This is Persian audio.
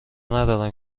ندارم